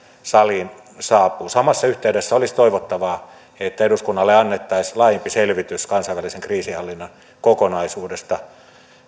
saliin saapuu olisi toivottavaa että samassa yhteydessä eduskunnalle annettaisiin laajempi selvitys kansainvälisen kriisinhallinnan kokonaisuudesta